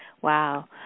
Wow